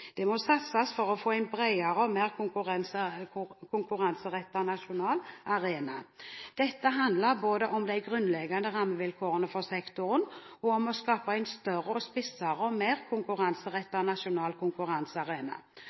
Det må satses for å få en bredere og mer konkurranserettet nasjonal arena. Dette handler både om de grunnleggende rammevilkårene for sektoren og om å skape en større, spissere og mer konkurranserettet nasjonal konkurransearena.